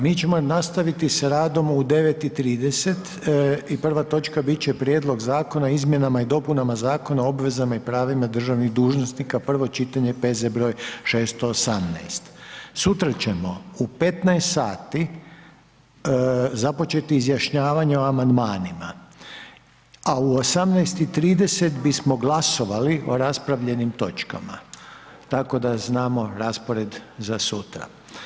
Mi ćemo nastaviti s radom u 9,30 i prva točka biti će Prijedlog Zakona o izmjenama i dopunama Zakona o obveznim pravima državnih dužnosnika, prvo čitanje, P.Z. br. 618 Sutra ćemo u 15,00 sati, započeti izjašnjavanje o amandmanima, a u 18,30 bismo glasovali o raspravljenim točkama, tako da znamo raspored za sutra.